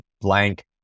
blank